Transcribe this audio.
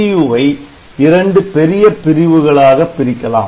MPU வை இரண்டு பெரிய பிரிவுகளாக பிரிக்கலாம்